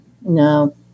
No